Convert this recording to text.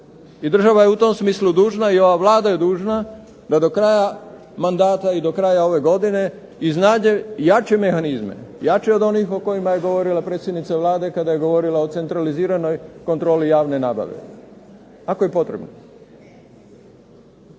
I država je u tom smislu dužna i ova Vlada je dužna da do kraja mandata i do kraja ove godine iznađe jače mehanizme, jače od onih o kojima je govorila predsjednica Vlade kada je govorila o centraliziranoj kontroli javne nabave, ako je potrebno.